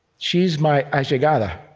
she's my allegada.